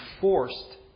forced